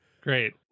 Great